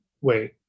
wait